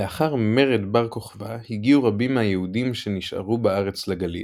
לאחר מרד בר כוכבא הגיעו רבים מהיהודים שנשארו בארץ לגליל,